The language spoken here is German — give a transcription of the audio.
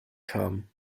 kam